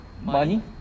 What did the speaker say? money